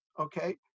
Okay